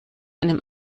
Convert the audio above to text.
einem